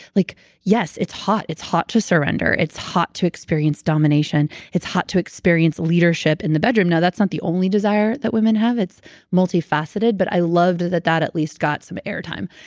like yes. it's hot. it's hot to surrender. it's hot to experience domination. it's hot to experience leadership in the bedroom. now, that's not the only desire that women have it's multifaceted. but i loved that that at least got some air time,